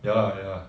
ya lah ya